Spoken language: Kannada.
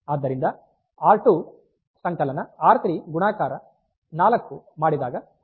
ಆದ್ದರಿಂದ ಆರ್2 ಸಂಕಲನ ಆರ್3 ಗುಣಾಕಾರ 4 ಮಾಡಿದಾಗ ಆರ್1 ಬರುತ್ತದೆ